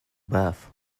bath